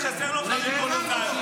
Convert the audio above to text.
יש לנו מח"טים, רבנים חסרים לנו.